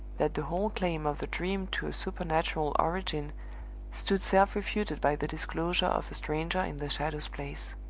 that the whole claim of the dream to a supernatural origin stood self-refuted by the disclosure of a stranger in the shadow's place.